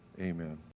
amen